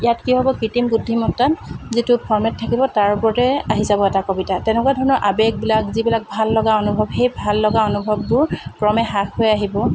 ইয়াত কি হ'ব কৃতিম বুদ্ধিমত্তা যিটো ফৰ্মেট থাকিব তাৰ ওপৰতে আহি যাব এটা কবিতা তেনেকুৱা ধৰণৰ আৱেগবিলাক যিবিলাক ভাল লগা অনুভৱ সেই ভাল লগা অনুভৱবোৰ ক্ৰমে হ্ৰাস হৈ আহিব